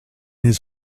his